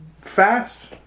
Fast